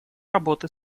работы